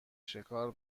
شکار